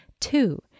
two